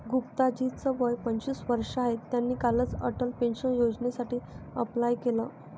गुप्ता जी च वय पंचवीस वर्ष आहे, त्यांनी कालच अटल पेन्शन योजनेसाठी अप्लाय केलं